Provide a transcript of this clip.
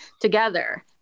together